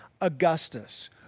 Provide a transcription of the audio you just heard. Augustus